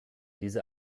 diese